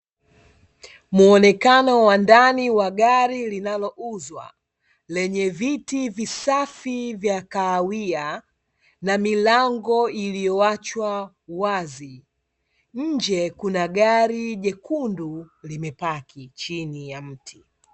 Muonekano wa ndani wa gari linalouzwa, lenye viti visafi vya kahawia, na milango iliyoachwa wazi, nje kuna gari jekundu limepaki chini ya mti.